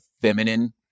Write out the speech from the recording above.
feminine